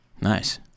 Nice